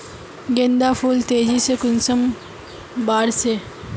गेंदा फुल तेजी से कुंसम बार से?